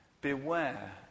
beware